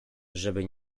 żeby